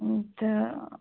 تہٕ